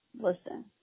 Listen